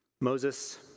Moses